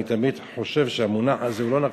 אני תמיד חושב שהמונח הזה הוא לא נכון,